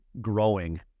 growing